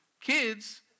Kids